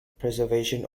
preservation